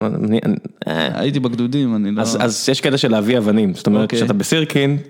אני... הייתי בגדודים אני לא... אז יש כאלה של להביא אבנים. כשאתה בסירקין.